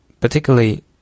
particularly